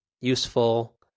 useful